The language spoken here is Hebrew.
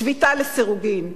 שביתה לסירוגין,